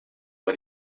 war